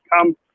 come